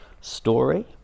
story